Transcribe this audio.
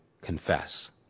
confess